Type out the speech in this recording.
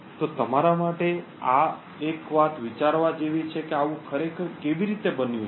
તેથી તમારા માટે આ એક વાત વિચારવા જેવી છે કે આવું ખરેખર કેવી રીતે બન્યું છે